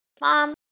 mom